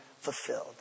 fulfilled